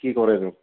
কি কৰেনো